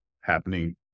happening